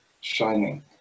shining